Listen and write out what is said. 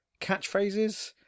catchphrases